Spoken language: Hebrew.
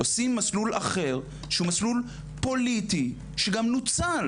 עושים מסלול אחר שהוא מסלול פוליטי שגם נוצל,